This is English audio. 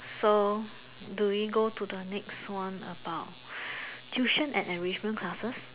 so do we go to the next one about tuition and enrichment classes